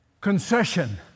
concession